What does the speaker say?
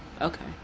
Okay